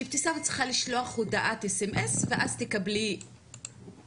שאבתיסאם צריכה הודעת SMS ואז תקבלי תשובה,